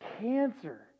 cancer